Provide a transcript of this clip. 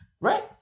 right